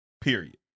Period